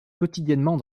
quotidiennement